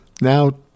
Now